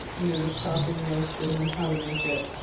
you know, the shopping list and then how to make it.